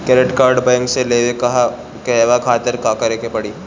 Credit card bank से लेवे कहवा खातिर का करे के पड़ी?